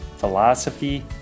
philosophy